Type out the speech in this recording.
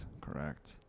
Correct